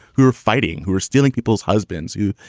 who are fighting, who are stealing people's husbands, who,